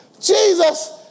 Jesus